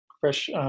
fresh